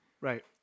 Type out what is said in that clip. Right